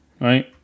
right